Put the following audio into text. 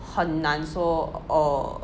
很难说 orh